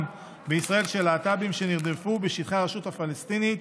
בישראל של להט"בים שנרדפו בשטחי הרשות הפלסטינית.